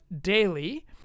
daily